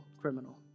criminal